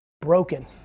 broken